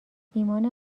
ایمان